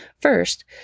First